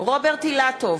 רוברט אילטוב,